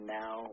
now